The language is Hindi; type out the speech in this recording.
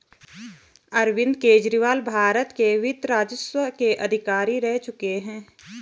अरविंद केजरीवाल भारत के वित्त राजस्व के अधिकारी रह चुके हैं